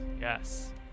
yes